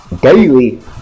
Daily